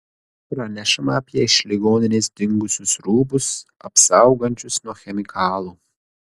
pranešama apie iš ligoninės dingusius rūbus apsaugančius nuo chemikalų